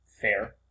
fair